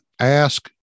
ask